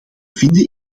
vinden